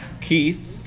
Keith